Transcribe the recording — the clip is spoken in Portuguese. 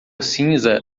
cinza